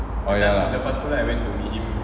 oh ya